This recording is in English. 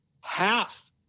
half